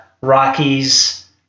Rockies